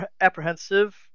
apprehensive